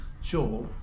Sure